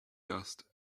dust